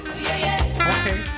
Okay